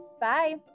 Bye